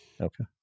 Okay